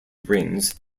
rings